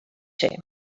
ser